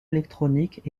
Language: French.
électroniques